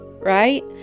Right